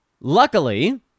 Luckily